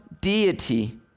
deity